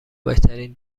بهترین